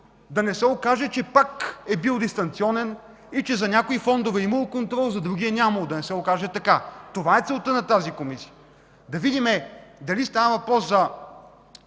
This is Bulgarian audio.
Да не се окаже, че контролът пак е бил дистанционен и че за някои фондове е имало контрол, а за други е нямало. Да не се окаже така. Това е целта на тази Комисия – да видим дали става въпрос за